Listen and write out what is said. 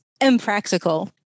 impractical